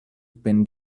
been